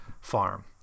farm